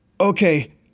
okay